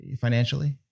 financially